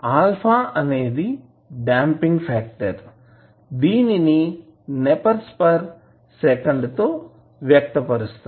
α అనేది damping factor దీనిని nepers per second తోవ్యక్తపరుస్తారు